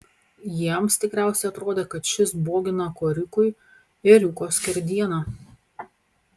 jiems tikriausiai atrodė kad šis bogina korikui ėriuko skerdieną